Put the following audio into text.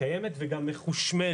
מקיימת וגם מחושמלת.